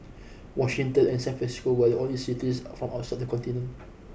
Washington and San Francisco were the only cities from outside the continent